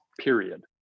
period